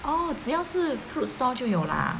orh 只要是 fruit stall 就有啦